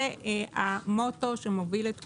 זה המוטו שמוביל את כולנו.